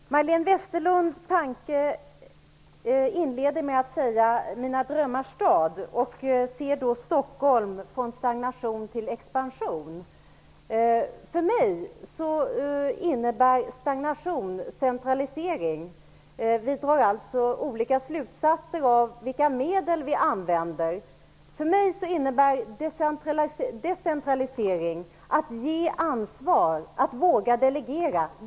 Herr talman! Majléne Westerlund Panke inleder med att tala om mina drömmars stad och ser då För mig innebär stagnation centralisering. Vi drar alltså olika slutsatser av de medel som vi använder. För mig innebär decentralisering att ge ansvar och våga delegera.